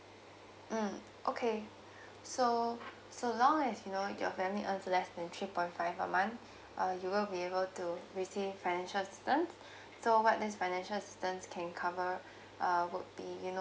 mm okay so so as long as you know your family earns less than three point five a month uh you will be able to receive financial assistance so what this financial assistance can cover uh would be you know